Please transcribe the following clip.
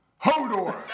Hodor